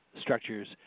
structures